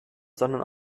sondern